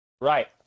Right